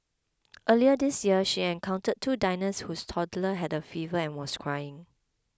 earlier this year she encountered two diners whose toddler had a fever and was crying